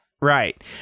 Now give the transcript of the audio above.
Right